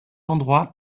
endroit